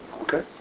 Okay